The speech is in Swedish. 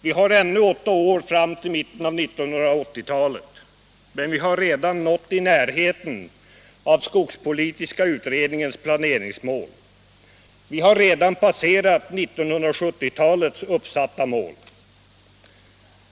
Vi har ännu åtta år fram till mitten av 1980-talet, men vi har redan nått i närheten av skogspolitiska utredningens planeringsmål. Vi har redan passerat 1970-talets uppsatta mål.